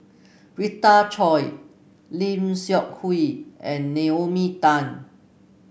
Rita Chao Lim Seok Hui and Naomi Tan